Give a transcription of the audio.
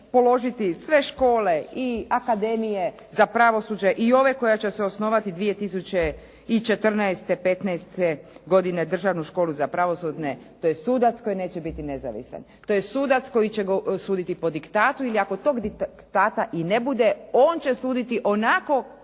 položiti sve škole i akademije za pravosuđe i ove koje će se osnovati 2014., 2015. godine Državnu školu za pravosudne, tj. sudac koji neće biti nezavisan. To je sudac koji će suditi po diktatu ili ako tog diktata i ne bude on će suditi onako